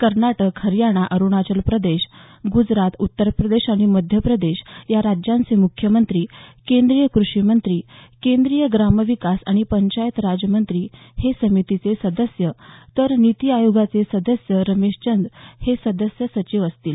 कर्नाटक हरियाणा अरुणाचल प्रदेश गुजरात उत्तर प्रदेश आणि मध्य प्रदेश या राज्यांचे मुख्यमंत्री केंद्रीय कृषी मंत्री केंद्रीय ग्राम विकास आणि पंचायतराज मंत्री हे समितीचे सदस्य तर निती आयोगाचे सदस्य रमेशचंद हे सदस्य सचिव असतील